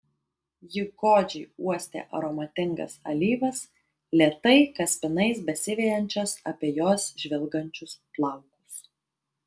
ji godžiai uostė aromatingas alyvas lėtai kaspinais besivejančias apie jos žvilgančius plaukus